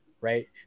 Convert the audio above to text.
right